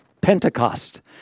Pentecost